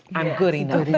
i'm good enough.